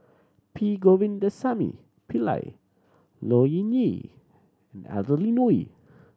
P Govindasamy Pillai Low Yen Ling Adeline Ooi